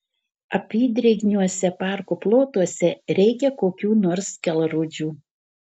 apydrėgniuose parko plotuose reikia kokių nors kelrodžių